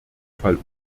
fall